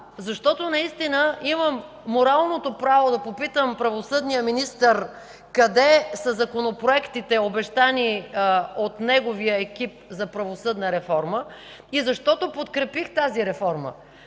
защото имам моралното право да попитам правосъдния министър къде са законопроектите, обещани от неговия екип за правосъдна реформа, и защото подкрепих тази реформа,